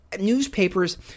Newspapers